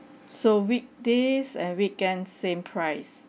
so weekdays and weekend same price